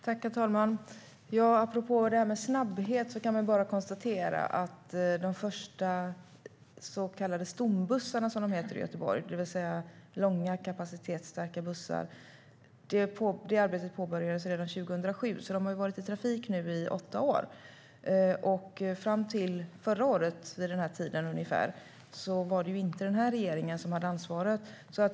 Herr talman! Apropå detta med snabbhet kan jag bara konstatera att arbetet med de första så kallade stombussarna, som de heter i Göteborg, det vill säga långa och kapacitetsstarka bussar, påbörjades redan 2007. De har alltså varit i trafik i åtta år. Fram till förra året, vid ungefär den här tiden, var det inte den här regeringen som hade ansvar.